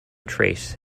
trace